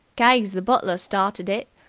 keggs, the butler, started it.